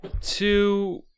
two